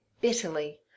Bitterly